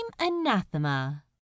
Anathema